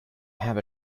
have